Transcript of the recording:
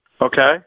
Okay